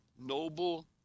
noble